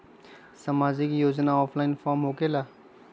समाजिक योजना offline form होकेला?